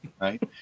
right